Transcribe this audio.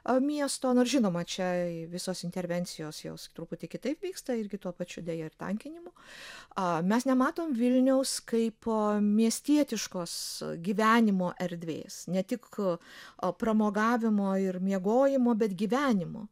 a miesto nors žinoma čia visos intervencijos jos truputį kitaip vyksta irgi tuo pačiu deja ir tankinimo a mes nematom vilniaus kaip miestietiškos gyvenimo erdvės ne tik a pramogavimo ir miegojimo bet gyvenimo